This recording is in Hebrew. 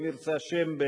אם ירצה השם,